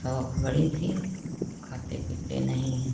शौक बड़ी थी खाते पीते नहीं है